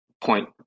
point